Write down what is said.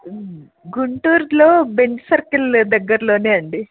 గుంటూరులో Benz circle దగ్గరలోనే అండి